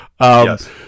Yes